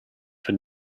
for